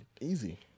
Easy